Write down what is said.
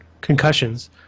concussions